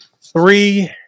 Three